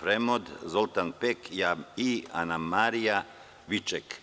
Fremond, Zoltan Pek i Anamarija Viček.